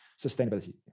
sustainability